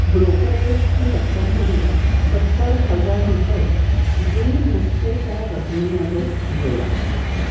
ब्रोकरेजची रक्कम म्हणून सत्तर हजार रुपये जुई म्हस्केच्या रकमेमध्ये जोडा